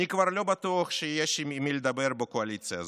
אני כבר לא בטוח שיש עם מי לדבר בקואליציה הזאת.